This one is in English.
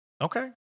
Okay